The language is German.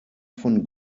von